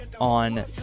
on